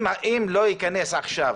אם לא ייכנס עכשיו